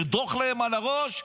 לדרוך להם על הראש,